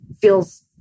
feels